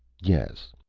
yes.